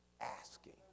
asking